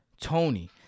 Tony